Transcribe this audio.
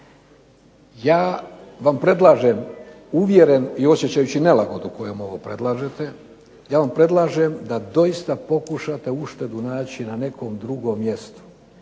ja vam predlažem uvjeren i osjećajući nelagodu kojom ovo predlažete, ja vam predlažem da doista pokušate uštedu naći na nekom drugom mjestu.